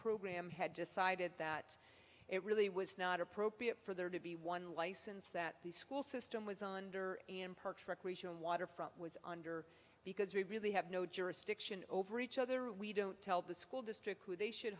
program had decided that it really was not appropriate for there to be one license that the school system was onder in parks recreation waterfront was under because we really have no jurisdiction over each other we don't tell the school district who they should